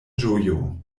ĝojo